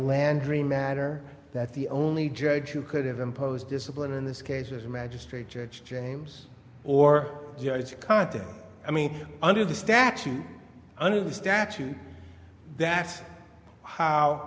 landry matter that the only judge you could have imposed discipline in this case was a magistrate judge james or judge carter i mean under the statute under the statute that's how